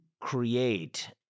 create